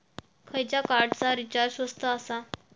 खयच्या कार्डचा रिचार्ज स्वस्त आसा?